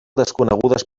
desconegudes